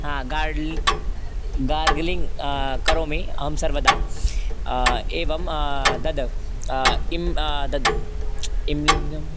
हा गार्ड्ल् गार्गलिङ्ग् करोमि अहं सर्वदा एवं तद् इमं तद् इम्लिङ्ग्